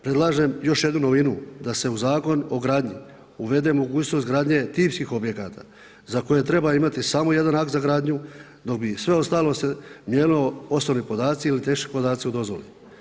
Predlažem još jednu novinu da se u Zakon o gradnji uvede mogućnost gradnje tipskih objekata za koje treba imati samo jedan akt za gradnju dok bi se sve ostalo se mijenjalo osobni podaci ili … podaci o dozvoli.